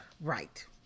Right